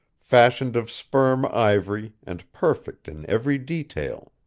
fashioned of sperm ivory and perfect in every detail.